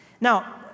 Now